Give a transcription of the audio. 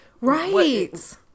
right